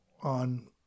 on